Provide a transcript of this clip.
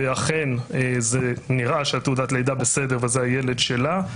ואכן נראה שתעודת הלידה בסדר וזה הילד שלה,